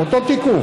עם אותו תיקוף,